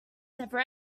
never